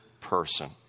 person